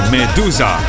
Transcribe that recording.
Medusa